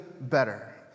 better